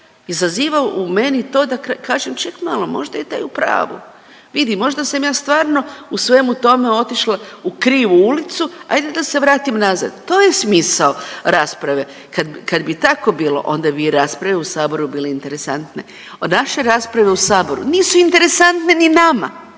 izaziva u meni to da kažem ček malo možda je taj u pravu, vidi možda sam ja stvarno u svemu tome otišla u krivu ulicu, ajde da se vratim nazad. To je smisao raspravi, kad bi tako bilo onda bi i rasprave bile u Saboru bile interesantne. Naše rasprave u Saboru nisu interesantne ni nama,